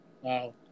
wow